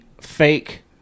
fake